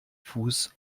fuß